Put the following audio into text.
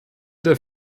der